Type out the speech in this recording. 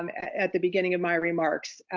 um at the beginning of my remarks,